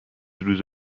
روز